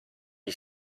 gli